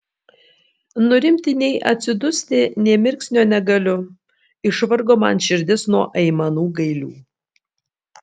nurimti nei atsidusti nė mirksnio negaliu išvargo man širdis nuo aimanų gailių